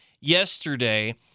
yesterday